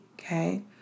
okay